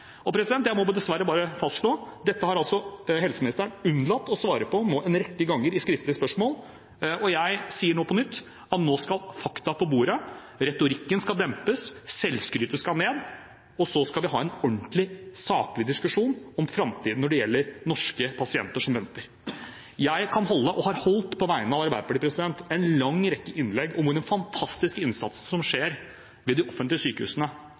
må dessverre fastslå at helseministeren en rekke ganger har unnlatt å svare på dette i skriftlige spørsmål. Jeg sier nå på nytt at nå skal fakta på bordet, retorikken skal dempes, selvskrytet skal ned, og så skal vi ha en ordentlig, saklig diskusjon om framtiden når det gjelder norske pasienter som venter. På vegne av Arbeiderpartiet har jeg holdt og kan holde en lang rekke innlegg om den fantastiske innsatsen som skjer ved